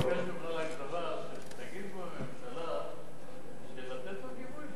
אני מבקש ממך רק דבר, שתגיד בממשלה לתת לו גיבוי,